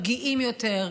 פגיעים יותר,